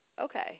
Okay